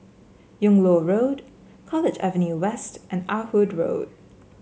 Yung Loh Road College Avenue West and Ah Hood Road